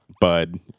bud